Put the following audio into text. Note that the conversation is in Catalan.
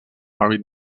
hàbit